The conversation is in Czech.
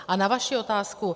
A na vaši otázku.